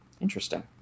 Interesting